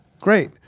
great